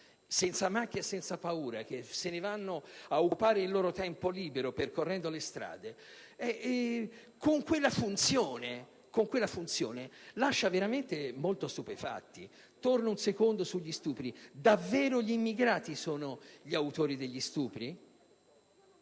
senza macchia e senza paura che occupano il loro tempo libero percorrendo le strade con quella funzione lascia veramente stupefatti. Torno per un momento sul problema degli stupri. Davvero gli immigrati sono gli autori degli stupri?